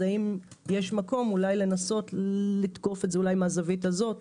אז האם יש מקום לנסות לתקוף את זה מהזווית הזאת?